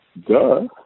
Duh